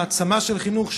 מעצמה של חינוך,